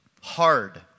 Hard